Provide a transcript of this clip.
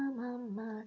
mama